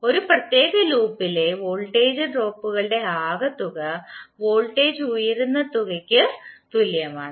ഒരു പ്രത്യേക ലൂപ്പിലെ വോൾട്ടേജ് ഡ്രോപ്പുകളുടെ ആകെത്തുക വോൾട്ടേജ് ഉയരുന്ന തുകയ്ക്ക് തുല്യമാണ്